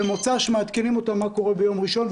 במוצ"ש מעדכנים אותם מה קורה ביום ראשון.